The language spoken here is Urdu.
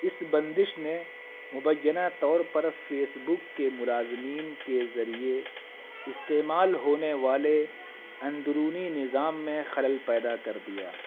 اس بندش نے مبینہ طور پر فیسبک کے ملازمین کے ذریعے استعمال ہونے والے اندرونی نظام میں خلل پیدا کر دیا